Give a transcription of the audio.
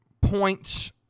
points